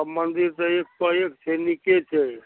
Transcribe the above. सब मन्दिर तऽ एकपर एक छै नीके छै